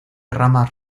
ramas